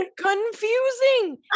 Confusing